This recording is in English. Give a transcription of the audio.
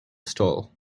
stall